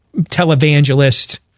televangelist